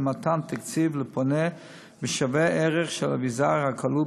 אפשרות של מתן תקציב לפונה בשווה-ערך של האביזר הכלול